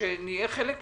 שנהיה חלק ממנו.